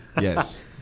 Yes